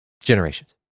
generations